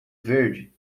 verde